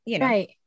Right